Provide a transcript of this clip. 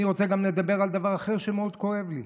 אני רוצה לדבר גם על דבר אחר שמאוד כואב לי.